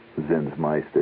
Zinsmeister